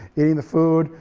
eating the food,